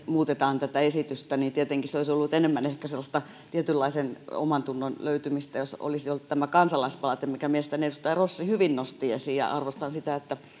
muutetaan tätä esitystä tietenkin se olisi ollut enemmän sellaista tietynlaisen omantunnon löytymistä jos se olisi ollut tämä kansalaispalaute minkä mielestäni edustaja rossi hyvin nosti esiin arvostan sitä että